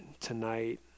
tonight